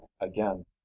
again